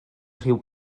rhyw